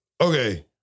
okay